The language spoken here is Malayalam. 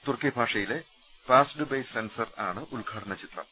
തുർക്കി ഭാഷയിലെ പാസ്ഡ് ബ്രൈ സെൻസർ ആണ് ഉദ്ഘാടനചിത്രം